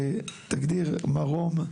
תגדיר, מר רום.